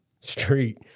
street